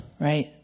Right